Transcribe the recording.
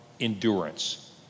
endurance